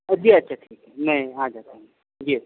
جی اچھا ٹھیک ہے میں آ جاتا ہوں جی اچھا